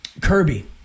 Kirby